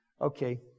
Okay